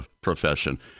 profession